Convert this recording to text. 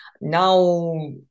now